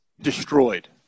Destroyed